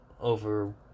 over